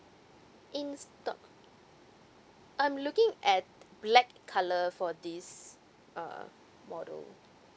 in stock I'm looking at black color for this uh model